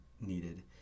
needed